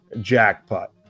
jackpot